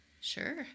Sure